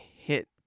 hit